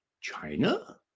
China